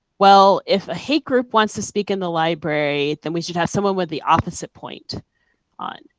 well, if a hate group wants to speak in the library, then we should have someone with the office at point on.